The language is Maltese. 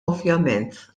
ovvjament